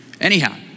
Anyhow